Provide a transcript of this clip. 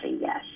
yes